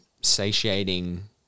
satiating